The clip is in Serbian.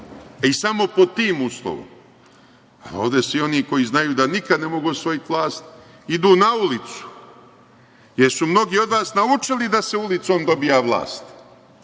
Samo pod tim uslovom. Ovde svi oni koji znaju da nikad ne mogu osvojiti vlast idu na ulicu, jer su mnogi od vas naučili da se ulicom dobija vlast.